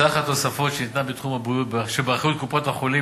סך התוספת שניתנה בתחום הבריאות, איפה גברת אדטו?